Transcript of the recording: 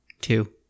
Two